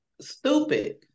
Stupid